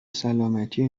سلامتی